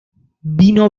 vino